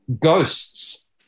ghosts